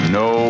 no